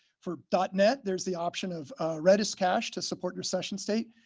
for but net, there's the option of redis cash to support your session state,